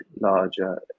larger